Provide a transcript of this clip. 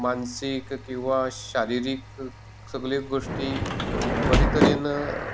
मानसीक किंंवा शारिरीक सगल्यो गोश्टी बरे तरेन